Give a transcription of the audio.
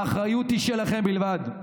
האחריות היא שלכם בלבד.